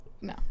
No